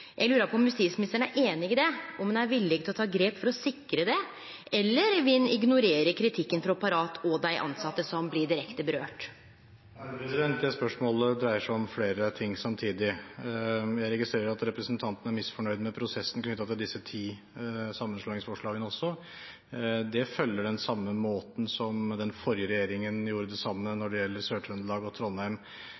på om justisministeren er einig i det, om han er villig til å ta grep for å sikre det, eller vil han ignorere kritikken frå Parat og dei tilsette som dette har direkte følgjer for? Det spørsmålet dreier seg om flere ting samtidig. Jeg registrerer at representanten er misfornøyd med prosessen knyttet til disse ti sammenslåingsforslagene. Den forrige regjeringen gjorde det på den samme måten når det gjelder Sør-Trøndelag og Trondheim tingrett i 2010, så det